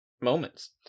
moments